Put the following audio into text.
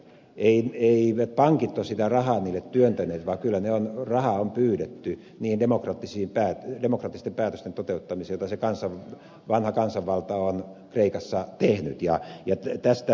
eivät pankit ole sitä rahaa niille työntäneet vaan kyllä rahaa on pyydetty niiden demokraattisten päätösten toteuttamiseen jota vanha kansanvalta on kreikassa tehnyt